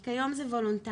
כי כיום זה וולונטרי.